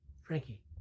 Frankie